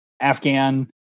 Afghan